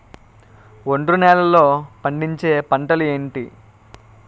ఒండ్రు నేలలో పండించే పంటలు ఏంటి?